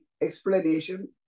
explanation